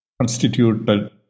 constituted